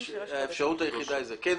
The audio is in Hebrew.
בבקשה.